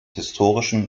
historischen